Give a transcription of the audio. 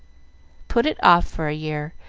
put it off for a year,